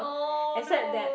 except that